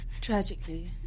Tragically